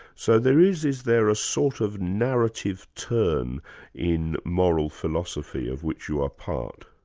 so there is, is there, a sort of narrative turn in moral philosophy of which you are part?